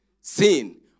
sin